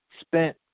spent